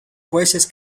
jueces